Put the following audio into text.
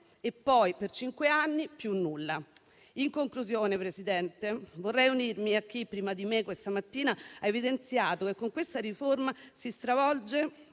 e poi per cinque anni più nulla. In conclusione, Presidente, vorrei unirmi a chi prima di me questa mattina ha evidenziato che con questa riforma si stravolge